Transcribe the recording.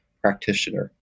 practitioner